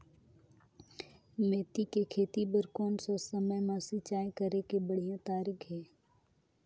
मेथी के खेती बार कोन सा समय मां सिंचाई करे के बढ़िया तारीक हे?